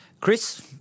Chris